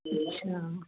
अच्छा